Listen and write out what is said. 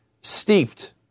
steeped